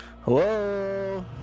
Hello